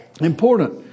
Important